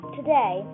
today